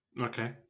okay